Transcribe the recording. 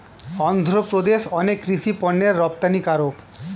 অন্ধ্রপ্রদেশ অনেক কৃষি পণ্যের রপ্তানিকারক